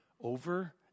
over